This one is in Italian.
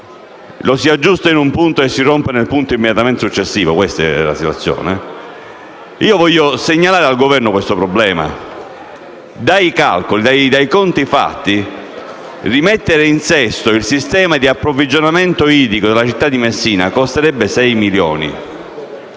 l'acquedotto in un punto e si rompe in quello immediatamente successivo, e questa è la situazione - voglio segnalare al Governo il problema. Dai conti fatti, rimettere in sesto il sistema di approvvigionamento idrico della Città di Messina costerebbe 6 milioni,